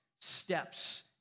steps